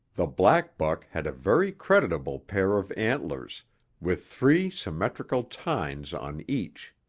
the black buck had a very creditable pair of antlers with three symmetrical tines on each.